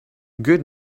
good